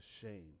shame